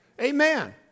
Amen